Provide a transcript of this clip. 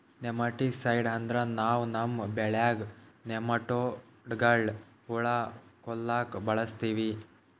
nematicide ಅಂದ್ರ ನಾವ್ ನಮ್ಮ್ ಬೆಳ್ಯಾಗ್ ನೆಮಟೋಡ್ಗಳ್ನ್ ಹುಳಾ ಕೊಲ್ಲಾಕ್ ಬಳಸ್ತೀವಿ